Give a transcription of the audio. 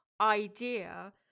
idea